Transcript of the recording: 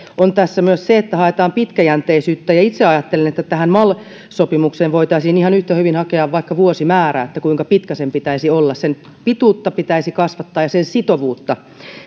on tässä myös se että haetaan pitkäjänteisyyttä itse ajattelen että tähän mal sopimukseen voitaisiin ihan yhtä hyvin hakea vaikka vuosimäärä että kuinka pitkä sen pitäisi olla sen pituutta pitäisi kasvattaa ja sen sitovuutta